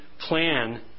plan